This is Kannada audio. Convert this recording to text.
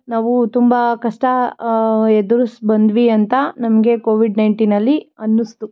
ನಾವು ತುಂಬ ಕಷ್ಟ ಎದುರ್ಸಿ ಬಂದ್ವಿ ಅಂತ ನಮಗೆ ಕೋವಿಡ್ ನೈನ್ಟೀನಲ್ಲಿ ಅನ್ನಿಸ್ತು